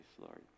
Lord